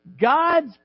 God's